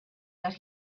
that